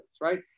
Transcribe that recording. right